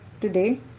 Today